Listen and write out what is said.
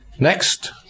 Next